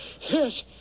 Yes